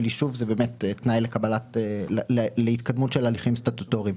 יישוב זה באמת תנאי להתקדמות של הליכים סטטוטוריים.